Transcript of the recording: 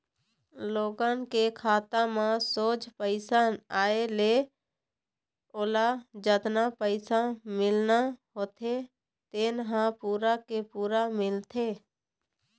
लोगन के खाता म सोझ पइसा आए ले ओला जतना पइसा मिलना होथे तेन ह पूरा के पूरा मिलथे